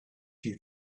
you